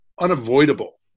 unavoidable